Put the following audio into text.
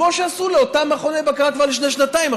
כמו שעשו לאותם מכוני בקרה כבר לפני שנתיים.